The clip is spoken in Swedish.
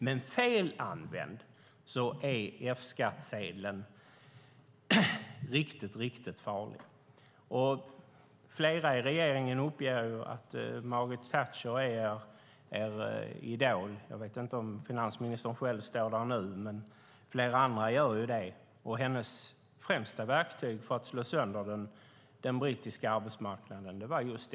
Men felanvänd är F-skattsedeln riktigt farlig. Flera i regeringen uppger att Margaret Thatcher är en idol. Jag vet inte om finansministern står där nu, men flera andra gör det. Hennes främsta verktyg för att slå sönder den brittiska arbetsmarknaden var F-skattsedeln.